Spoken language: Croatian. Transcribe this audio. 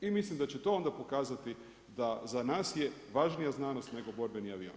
I mislim da će to onda pokazati da za nas je važnija znanost nego borbeni avioni.